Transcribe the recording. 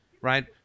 Right